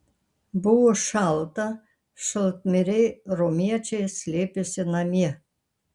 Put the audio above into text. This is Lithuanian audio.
buvo šalta šaltmiriai romiečiai slėpėsi namie